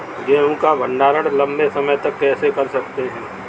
गेहूँ का भण्डारण लंबे समय तक कैसे कर सकते हैं?